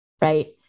Right